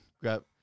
Grab